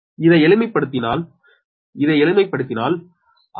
இதை எளிமைப்படுத்தினால் இதை எளிமைப்படுத்தினால் அது λ124